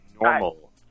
normal